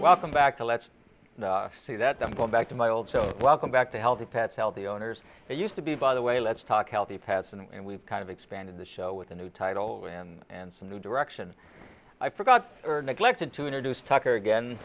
welcome back to let's say that i'm going back to my old job welcome back to healthy pets healthy owners used to be by the way let's talk healthy pets and we've kind of expanded the show with a new title and some new direction i forgot or neglected to introduce tucker again